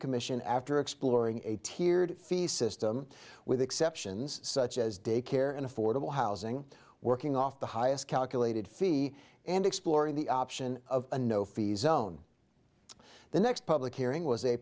commission after exploring a tiered fee system with exceptions such as daycare and affordable housing working off the highest calculated fee and exploring the option of a no fees own the next public hearing was